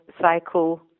cycle